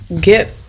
get